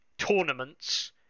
tournaments